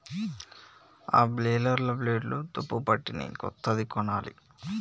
ఆ బేలర్ల బ్లేడ్లు తుప్పుపట్టినయ్, కొత్తది కొనాలి